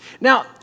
Now